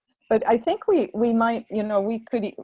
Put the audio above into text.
so i think we we might, you know, we could,